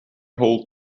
hold